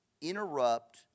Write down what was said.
interrupt